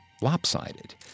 lopsided